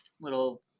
little